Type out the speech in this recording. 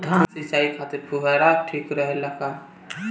धान सिंचाई खातिर फुहारा ठीक रहे ला का?